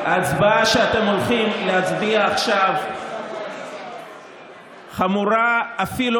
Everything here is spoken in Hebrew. ההצבעה שאתם הולכים להצביע עכשיו חמורה אפילו